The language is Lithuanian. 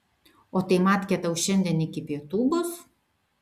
o tai matkė tau šiandien iki pietų bus